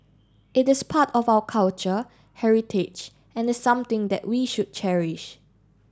it is part of our culture heritage and is something that we should cherish